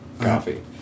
coffee